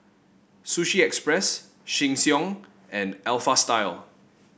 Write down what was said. Sushi Express Sheng Siong and Alpha Style